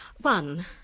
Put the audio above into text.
one